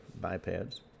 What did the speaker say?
bipeds